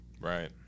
Right